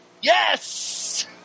Yes